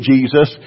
Jesus